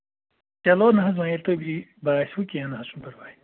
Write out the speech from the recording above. چلو نہٕ حظ وۄنۍ ییٚلہِ تۄہہِ یی باسِوٕ کیٚنہہ نہٕ حظ چھُنہٕ پَرواے